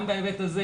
גם בהיבט הזה,